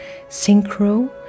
Synchro